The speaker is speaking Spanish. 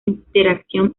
interacción